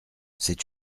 c’est